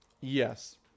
Yes